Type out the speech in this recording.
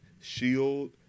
shield